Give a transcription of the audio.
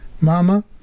Mama